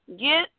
Get